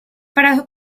per